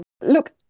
Look